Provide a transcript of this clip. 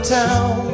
town